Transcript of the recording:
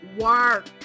work